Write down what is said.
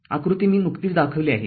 आकृती मी नुकतीच दाखविली आहे